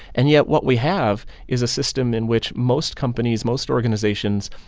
and yet what we have is a system in which most companies, most organizations,